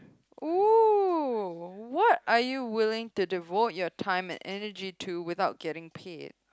!woo! what are you willing to devote your time and energy to without getting paid